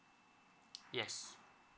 yes